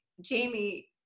jamie